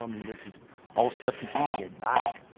i mean, this is all stuff you can get back.